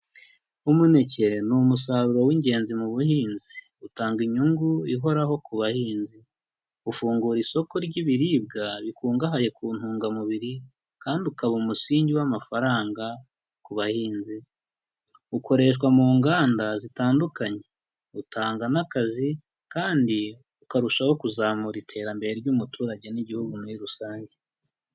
Umuneke ni umusaruro w'ingenzi mu buhinzi, utanga inyungu ihoraho ku bahinzi, ufungura isoko ry'ibiribwa bikungahaye ku ntungamubiri kandi ukaba umusingi w'amafaranga ku bahinzi, ukoreshwa mu nganda zitandukanye, utanga n'akazi kandi ukarushaho kuzamura iterambere ry'umuturage n'igihugu muri rusange.